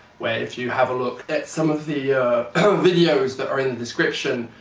where if you have a look at some of the videos that our in the description,